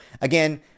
again